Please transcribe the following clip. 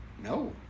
No